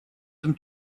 some